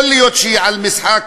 יכול להיות שהיא על משחק